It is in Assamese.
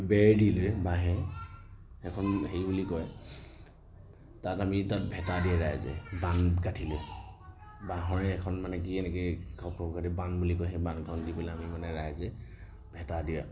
বেৰ দি দিয়ে বাঁহেৰে সেইখন হেৰি বুলি কয় তাত আমি তাত ভেটা দিয়ে ৰাইজে বান্ধ গাঁথি দিয়ে বাঁহেৰে এখন মানে কি এনেকৈ বান্ধ বুলি কয় সেই বান্ধখন দি পেলাই আমি মানে ৰাইজে ভেটা দিয়ে